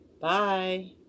bye